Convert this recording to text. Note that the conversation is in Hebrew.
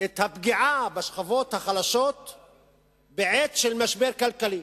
את הפגיעה בשכבות החלשות בעת משבר כלכלי.